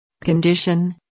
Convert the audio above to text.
Condition